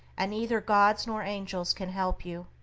and neither gods nor angels can help you.